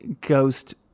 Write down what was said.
ghost